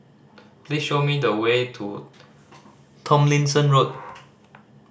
please show me the way to Tomlinson Road